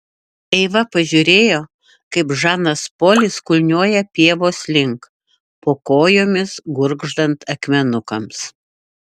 eiva pažiūrėjo kaip žanas polis kulniuoja pievos link po kojomis gurgždant akmenukams